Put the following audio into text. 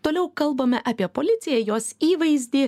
toliau kalbame apie policiją jos įvaizdį